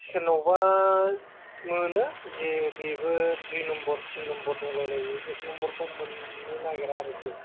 सोरनावबा मोनो जे बेबो दुइ नाम्बर थिन नाम्बर दंलाय लायो एक नाम्बर खौ मोननो नागेरा आरोखि